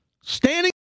standing